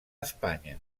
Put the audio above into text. espanya